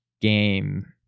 game